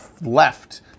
left